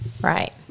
Right